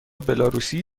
بلاروسی